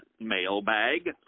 mailbag